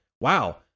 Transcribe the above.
Wow